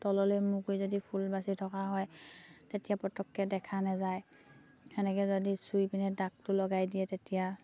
তললে মূৰ কৈ যদি ফুল বাচি থকা হয় তেতিয়া পটককে দেখা নাযায় সেনেকে যদি চুই পিনে দাগটো লগাই দিয়ে তেতিয়া